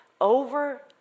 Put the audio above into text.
over